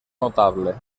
notable